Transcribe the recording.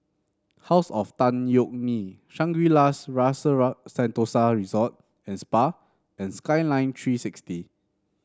House of Tan Yeok Nee Shangri La's Rasa Sentosa Resort and Spa and Skyline Three sixty